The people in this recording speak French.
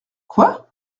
quoi